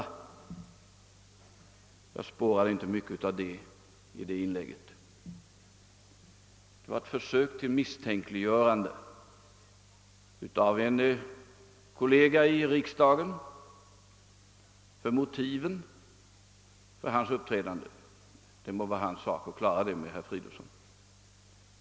Men jag spårade inte mycket av den andan i herr Fridolfssons inlägg. Det var ett försök att misstänkliggöra en kollega i riksdagen och motiven för dennes framträdande. Det må dock vara denne kollegas sak att klara upp med herr Fridolfsson.